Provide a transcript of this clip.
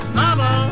mama